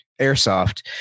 airsoft